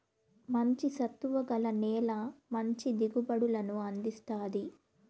మంచి సత్తువ గల నేల మంచి దిగుబడులను అందిస్తాది